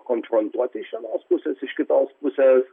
konfrontuoti iš vienos pusės iš kitos pusės